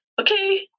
okay